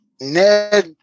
Ned